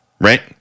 right